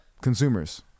consumers